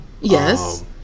Yes